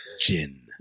Gin